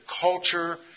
culture